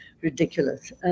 Ridiculous